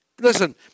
Listen